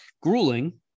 Grueling